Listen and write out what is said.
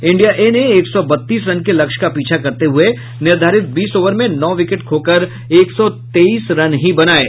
India A ने एक सौ बत्तीस रन के लक्ष्य का पीछा करते हुये निर्धारित बीस ओवर में नौ विकेट खोकर एक सौ तेईस रन ही बनाये